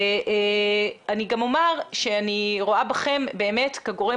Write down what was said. אני גם אומר שאני רואה בכם באמת כגורם